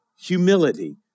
humility